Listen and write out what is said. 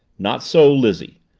not so lizzie.